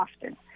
often